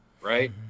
right